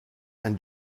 and